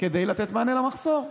כדי לתת מענה למחסור.